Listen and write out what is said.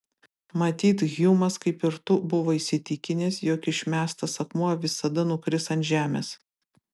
matyt hjumas kaip ir tu buvo įsitikinęs jog išmestas akmuo visada nukris ant žemės